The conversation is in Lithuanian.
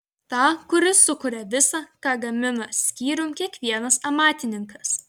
tą kuris sukuria visa ką gamina skyrium kiekvienas amatininkas